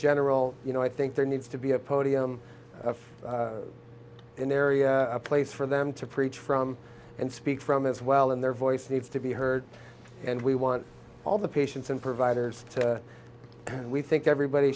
general you know i think there needs to be a podium for an area a place for them to preach from and speak from as well and their voice needs to be heard and we want all the patients and providers and we think everybody